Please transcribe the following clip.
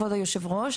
כבוד היושב-ראש,